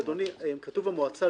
כתוב: המועצה,